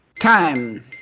Time